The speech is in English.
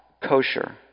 kosher